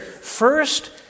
first